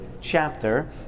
chapter